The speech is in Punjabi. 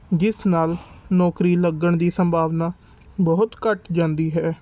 ਜਿਸ ਨਾਲ ਨੌਕਰੀ ਲੱਗਣ ਦੀ ਸੰਭਾਵਨਾ ਬਹੁਤ ਘੱਟ ਜਾਂਦੀ ਹੈ